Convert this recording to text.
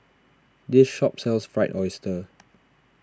this shop sells Fried Oyster